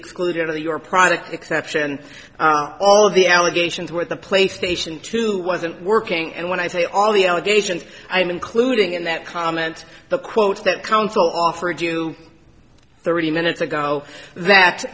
excluded of your product exception all of the allegations where the play station two wasn't working and when i say all the allegations i am including in that comment the quote that counsel offered you thirty minutes ago that